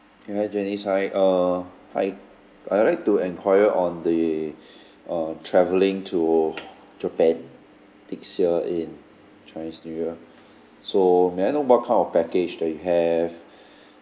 K hi janice hi err hi I'll like to enquire on the uh travelling to japan next year in chinese new year so may I know what kind of package that you have